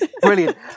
Brilliant